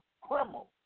criminal